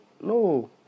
No